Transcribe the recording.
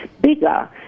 bigger